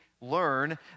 learn